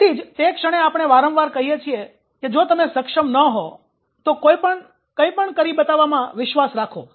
તેથી જ તે ક્ષણે આપણે વારંવાર કહીએ છીએ કે જો તમે સક્ષમ ન હો તો પણ કંઇક કરી બતાવવામાં વિશ્વાસ રાખો